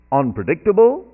unpredictable